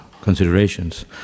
considerations